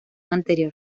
anterior